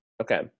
Okay